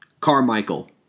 Carmichael